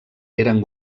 eren